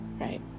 right